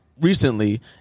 recently